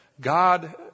God